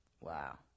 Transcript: Wow